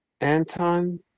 Anton